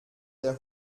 der